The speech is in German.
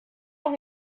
noch